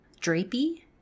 drapey